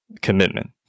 commitment